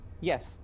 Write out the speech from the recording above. Yes